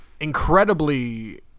incredibly